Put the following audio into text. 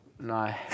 No